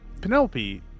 Penelope